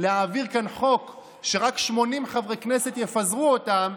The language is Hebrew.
להעביר כאן חוק שרק 80 חברי כנסת יפזרו אותם.